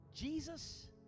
Jesus